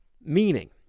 meaning